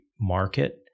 market